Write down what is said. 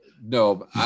No